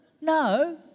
no